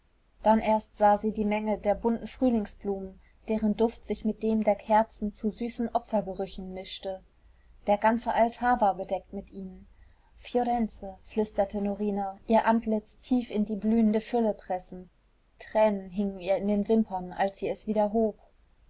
dann erst sah sie die menge der bunten frühlingsblumen deren duft sich mit dem der kerzen zu süßen opfergerüchen mischte der ganze altar war bedeckt mit ihnen fiorenze flüsterte norina ihr antlitz tief in die blühende fülle pressend tränen hingen ihr in den wimpern als sie es wieder hob